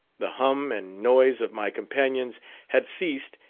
the hum and noise of my companions had ceased,